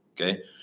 Okay